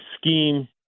scheme